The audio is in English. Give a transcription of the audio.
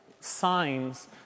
signs